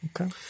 Okay